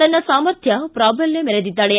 ತನ್ನ ಸಾಮರ್ಥ್ಯ ಪ್ರಾಬಲ್ಯ ಮೆರೆದಿದ್ದಾಳೆ